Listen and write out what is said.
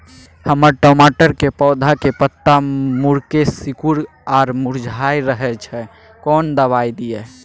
हमर टमाटर के पौधा के पत्ता मुड़के सिकुर आर मुरझाय रहै छै, कोन दबाय दिये?